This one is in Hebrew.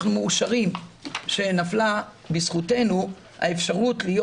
אנחנו מאושרים שנפלה בזכותנו האפשרות להיות